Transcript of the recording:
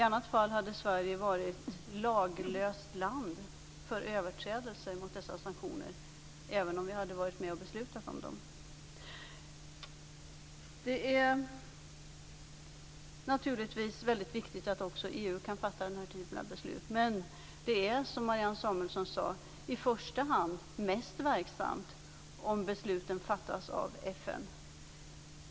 I annat fall hade Sverige varit laglöst land vid överträdelser mot dessa sanktioner, trots att vi hade varit med om att besluta om dem. Det är naturligtvis väldigt viktigt att också EU kan fatta den här typen av beslut, men det är, som Marianne Samuelsson sade, mest verksamt om besluten fattas av FN.